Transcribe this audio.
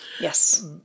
Yes